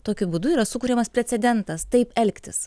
tokiu būdu yra sukuriamas precedentas taip elgtis